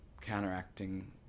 counteracting